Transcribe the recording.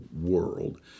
world